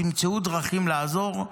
תמצאו דרכים לעזור.